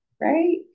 Right